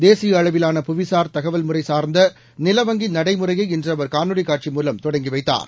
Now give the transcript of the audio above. தேசிய அளவிலான புவிசார் தகவல் முறை சார்ந்த நில வங்கி நடைமுறையை இன்று அவர் காணொளிக் காட்சி மூலம் தொடங்கி வைத்தார்